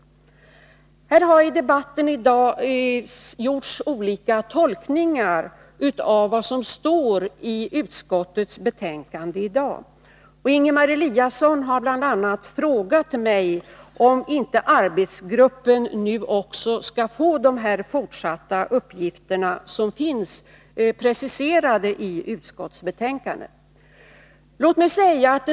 I debatten i dag har det gjorts olika tolkningar av vad som står i utskottets betänkande. Ingemar Eliasson har bl.a. frågat mig om inte arbetsgruppen nu också skall få dessa fortsatta uppgifter som är preciserade i utskottsbetänkandet.